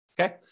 okay